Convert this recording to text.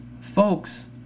folks